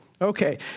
Okay